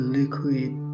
liquid